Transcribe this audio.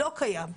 לא קיים.